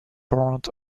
board